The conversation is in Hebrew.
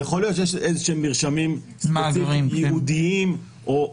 יכול להיות שיש איזה שהם מרשמים ייעודיים ושוב,